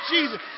Jesus